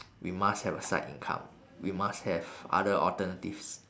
we must have a side income we must have other alternatives